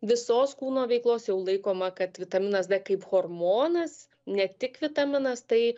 visos kūno veiklos jau laikoma kad vitaminas d kaip hormonas ne tik vitaminas tai